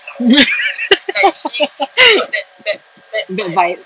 bad vibe